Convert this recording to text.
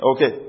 Okay